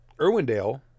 Irwindale